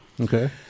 Okay